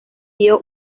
dio